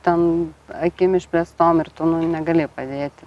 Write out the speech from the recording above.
ten akim išplėstom ir tu negali padėti